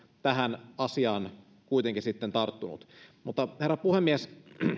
tähän asiaan kuitenkin sitten tarttunut herra puhemies